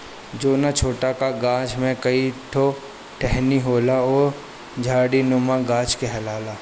जौना छोटका गाछ में कई ठो टहनी होला उ झाड़ीनुमा गाछ कहाला